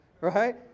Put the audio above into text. right